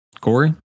Corey